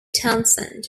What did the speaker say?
townsend